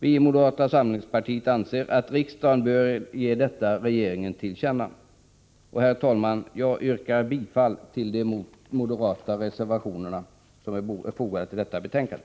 Vi i moderata samlingspartiet anser att riksdagen bör ge detta regeringen till känna. Herr talman! Jag yrkar bifall till de moderata reservationer som är fogade till detta betänkande.